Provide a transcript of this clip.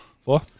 Four